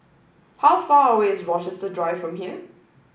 how far away is Rochester drive from here